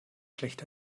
schlecht